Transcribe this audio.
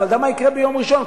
אתה יודע מה יקרה ביום ראשון?